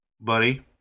buddy